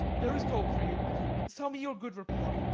there is gold for you sell me your good report.